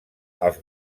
els